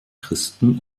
christen